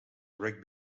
rugby